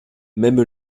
même